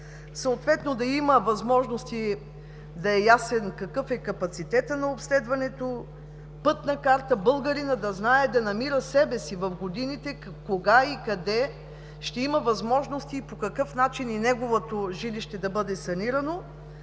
партньорства и други, да е ясен какъв е капацитетът на обследването, пътна карта, българинът да знае, да намира себе си в годините кога и къде ще има възможност и по какъв начин и неговото жилище да бъде санирано.